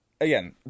again